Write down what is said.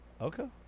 Okay